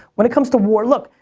when it comes to war, look,